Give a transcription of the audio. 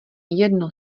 jedno